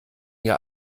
ihr